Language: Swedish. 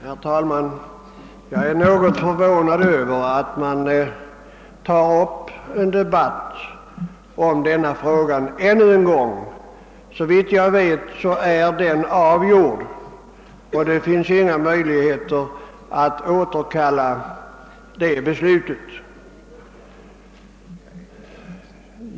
Herr talman! Jag är något förvånad över att man tar upp en debatt om denna fråga ännu en gång. Såvitt jag vet är den avgjord och det finns inga möjligheter att riva upp det beslutet.